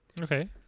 okay